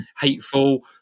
hateful